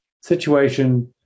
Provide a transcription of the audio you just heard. situation